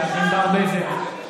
מאולם המליאה.) (קורא בשמות חברי הכנסת)